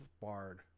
bard